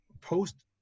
post